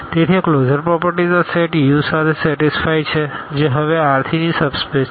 તેથી આ closure properties આ સેટ U માટે સેટીસફાઈ છે જે હવે R3 ની સબ સ્પેસ છે